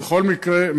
בכל מקרה,